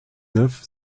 neuf